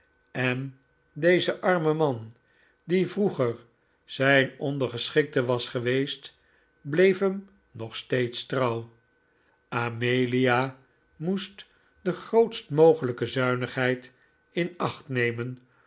en deze arme man die vroeger zijn ondergeschikte was geweest bleef hem nog steeds trouw amelia moest de grootst mogelijke zuinigheid in acht nemen